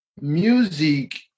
Music